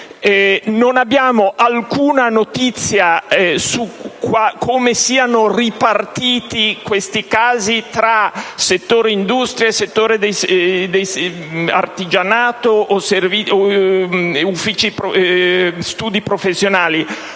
Non abbiamo alcuna notizia su come siano ripartiti questi casi tra i settori dell'industria, dell'artigianato e degli studi professionali,